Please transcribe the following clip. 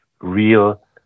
real